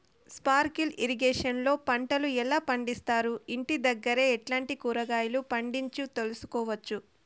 Sprinkle irrigation లో పంటలు ఎలా పండిస్తారు, ఇంటి దగ్గరే ఎట్లాంటి కూరగాయలు పండించు తెలుసుకోవచ్చు?